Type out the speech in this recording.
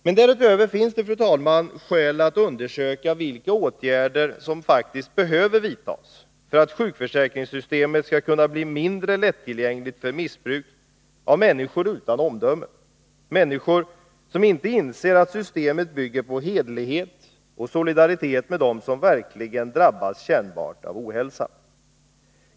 Men därutöver finns det, fru talman, skäl att undersöka vilka åtgärder ågärder som faktiskt kan behöva vidtas för att sjukförsäkringssystemet skall kunna bli mindre lättillgängligt för missbruk av människor utan omdöme, människor som inte inser att systemet bygger på hederlighet och solidaritet med dem som verkligen drabbas kännbart av ohälsa.